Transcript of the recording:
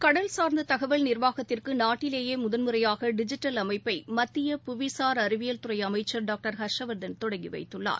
கடல் சார்ந்த தகவல் நிர்வாகத்திற்கு நாட்டிலேயே முதல் முறையாக டிஜிட்டல் அமைப்பை மத்திய புவிசார் அறிவியல் துறை அமைச்சர் டாக்டர் ஹர்ஷவர்தன் தொடங்கி வைத்துள்ளார்